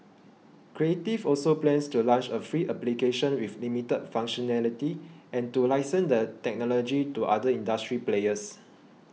creative also plans to launch a free application with limited functionality and to license the technology to other industry players